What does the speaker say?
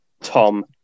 Tom